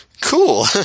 cool